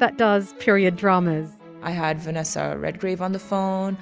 that does period dramas i had vanessa redgrave on the phone.